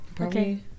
Okay